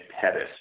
Pettis